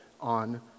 on